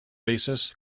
basis